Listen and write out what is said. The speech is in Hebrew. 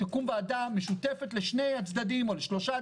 תקום ועדה משותפת לשני הצדדים או לשלושת הצדדים,